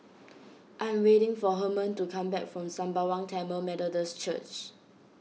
I am waiting for Herman to come back from Sembawang Tamil Methodist Church